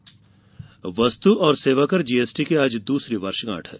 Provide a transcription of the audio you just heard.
GST वस्तु और सेवा कर जीएसटी की आज दूसरी वर्षगांठ है